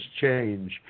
change